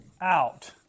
out